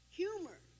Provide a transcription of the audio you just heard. humor